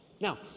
Now